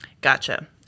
Gotcha